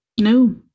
No